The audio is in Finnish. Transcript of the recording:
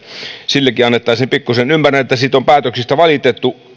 sillekin annettaisiin pikkusen ymmärrän että päätöksistä on valitettu